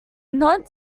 not